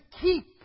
keep